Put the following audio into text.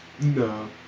No